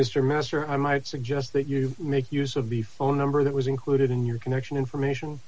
er mister i might suggest that you make use of the phone number that was included in your connection information